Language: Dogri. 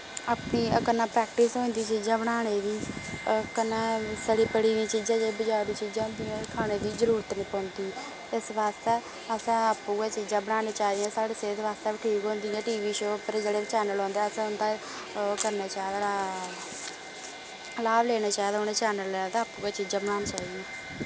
अपनी कन्नै प्रैक्टिस होई जंदी चीजां बनाने दी कन्नै सड़ी पड़ी दियां चीजां जे बजारू चीजां होंदियां खाने दी जरूरत निं पौंदी इस वास्ते असें आपूं गै चीजां बनानी चाहिदियां साढ़ी सेह्त वास्ते बी ठीक होंदी टी वी शो उप्पर जेह्ड़े बी चैनल होंदे असें उं'दा ओह् करने चाहिदा लाभ लैने चाहिदा उ'नें चैनलें दा आपूं गै चीजां बनाने चाहिदियां